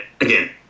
again